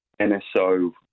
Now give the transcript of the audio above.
NSO